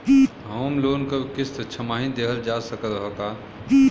Home loan क किस्त छमाही देहल जा सकत ह का?